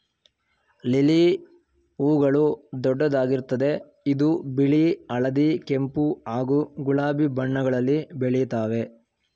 lily ಹೂಗಳು ದೊಡ್ಡದಾಗಿರ್ತದೆ ಇದು ಬಿಳಿ ಹಳದಿ ಕೆಂಪು ಹಾಗೂ ಗುಲಾಬಿ ಬಣ್ಣಗಳಲ್ಲಿ ಬೆಳಿತಾವೆ